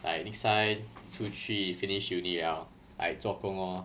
like next time 出去 finish uni liao I 做 promo